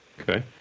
Okay